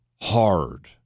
hard